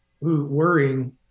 Worrying